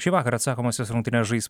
šįvakar atsakomosios rungtynės žais